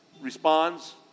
responds